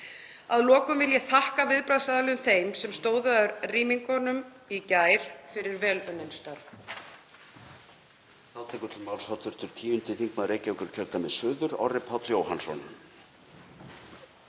Að lokum vil ég þakka viðbragðsaðilum þeim sem stóðu að rýmingu í gær fyrir vel unnin störf.